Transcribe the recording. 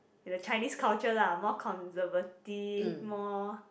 in the Chinese culture lah more conservative more